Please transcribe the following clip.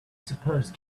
suppose